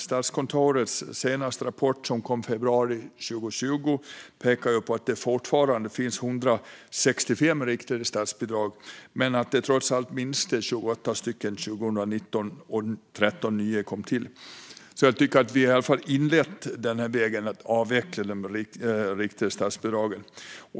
Statskontorets senaste rapport, som kom i februari 2020, pekar på att det fortfarande finns 165 riktade statsbidrag. Antalet minskade med 28 stycken 2019, men det kom 13 stycken nya. Jag tycker dock att vi i alla fall har inlett avvecklingen av de riktade statsbidragen.